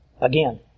Again